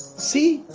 see,